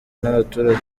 n’abaturage